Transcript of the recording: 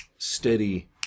steady